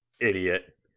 Idiot